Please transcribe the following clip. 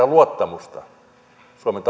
luottamusta suomen